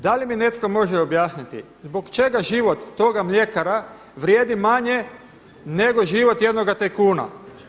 Da li mi netko može objasniti, zbog čega život toga mljekara vrijedi manje nego život jednoga tajkuna?